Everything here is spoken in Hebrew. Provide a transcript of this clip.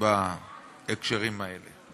בהקשרים האלה.